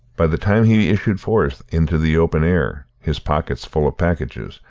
by the time he issued forth into the open air, his pockets full of packages,